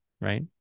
right